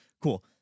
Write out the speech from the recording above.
cool